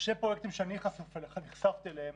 פרויקט שאני נחשפתי אליו,